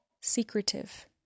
secretive